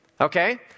Okay